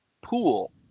pool